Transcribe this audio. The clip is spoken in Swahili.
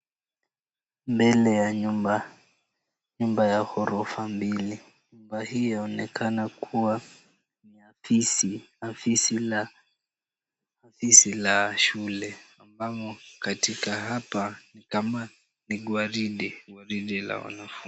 Mbele ya nyumba, nyumba ya ghorofa mbili, nyumba hiyo inaonekana kua afisi la shule ,ambapo katika hapa ni waride la wanafunzi.